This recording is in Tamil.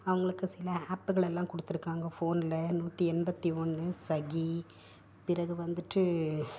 அவங்களுக்கு சில ஆப்புகளெல்லாம் கொடுத்துருக்காங்க ஃபோனில் நூற்றி எண்பத்தி ஒன்று சகி பிறகு வந்துட்டு